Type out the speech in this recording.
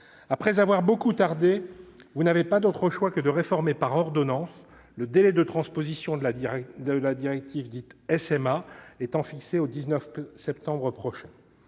Après avoir beaucoup tardé, vous n'avez d'autre choix que de réformer par ordonnance, le délai de transposition de la directive dite SMA étant fixé au 19 septembre prochain.